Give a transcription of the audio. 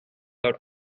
out